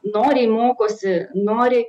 noriai mokosi noriai